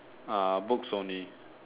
ah books only